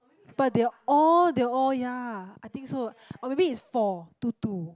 but their all they all ya I think so or maybe is for two two